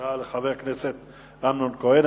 תודה לחבר הכנסת אמנון כהן.